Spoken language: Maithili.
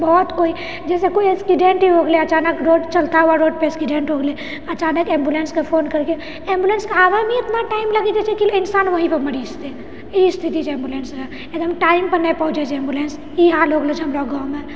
बहुत ओहि जाहिसँ कोइ एस्किडेन्ट हो गेलै अचानक रोड चलता हुआ रोडपे एस्किडेन्ट हो गेलै अचानक एम्बुलेन्सके फोन एम्बुलेन्सके आबैमे एतना टाइम लागि जाइ छै कि इन्सान वही पर मरि जेतै ई स्थिति छै एम्बुलेन्सरऽ एखन टाइम पर नहि पहुँचै छै एम्बुलेन्स ई हाल हो गेलौ छै हमरा गाँवमे